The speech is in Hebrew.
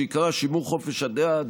שעיקרה שימור חופש הדעה,